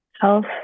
health